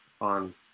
on